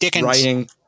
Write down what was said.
writing